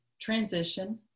transition